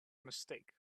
mistake